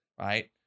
Right